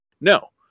No